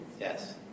Yes